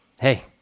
Hey